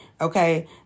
okay